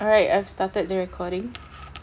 alright I've started the recording